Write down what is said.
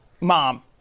mom